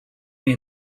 give